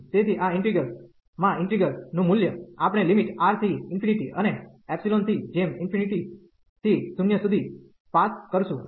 તેથી આ ઈન્ટિગ્રલ માં ઈન્ટિગ્રલ નું મૂલ્ય આપણે લિમિટ R થી અને ϵ થી જેમ ∞ થી 0 સુધી પાસ કરશું